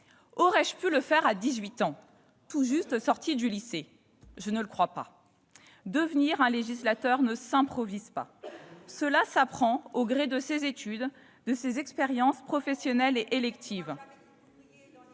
Aurais-je pu le faire à dix-huit ans, tout juste sortie du lycée ? Je ne le crois pas. Devenir un législateur ne s'improvise pas. Cela s'apprend au gré de ses études et de ses expériences professionnelles et électives.